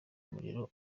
umuriro